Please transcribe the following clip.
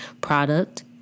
product